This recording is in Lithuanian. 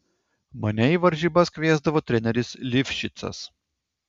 mane į varžybas kviesdavo treneris livšicas